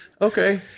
okay